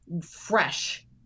fresh